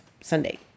Sunday